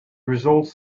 results